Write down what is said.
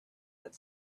that